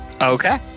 Okay